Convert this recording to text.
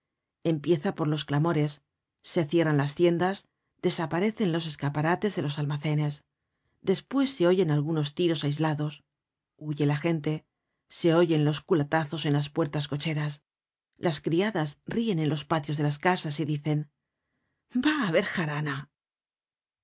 empieza por los clamores se cierran las tiendas desaparecen los escaparates de los almacenes despues se oyen algunos tiros aislados huye la gente se oyen los culatazos en las puertas cocheras las criadas rien en los patios de las casas y dicen va á ha ber jarana